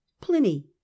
Pliny